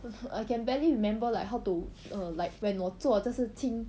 I can barely remember like how to err like when 我做这是清